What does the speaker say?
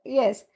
yes